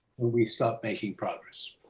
when we stop making progress.